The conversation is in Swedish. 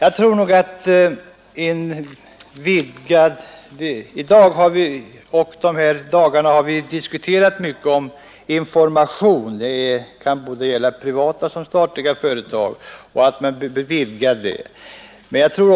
Under dessa debattdagar har vi här diskuterat mycket om informationen — det har gällt både privata och statliga företag — och det har sagts att den informationen bör vidgas.